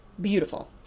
Beautiful